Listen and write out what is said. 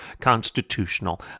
constitutional